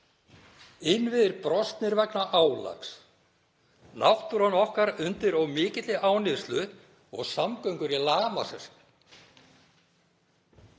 Innviðir brostnir vegna álags, náttúran okkar undir of mikilli áníðslu og samgöngur í lamasessi.